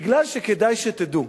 מפני שכדאי שתדעו: